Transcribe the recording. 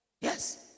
yes